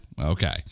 okay